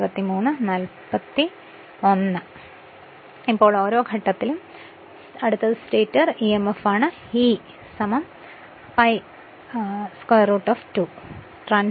അതിനാൽ ഇപ്പോൾ ഓരോ ഘട്ടത്തിലും അടുത്തത് സ്റ്റേറ്റർ emf ആണ് E1 π √2 ആയി നൽകിയിരിക്കുന്നത്